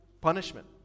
punishment